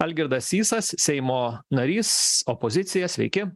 algirdas sysas seimo narys opozicija sveiki